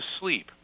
sleep